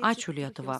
ačiū lietuva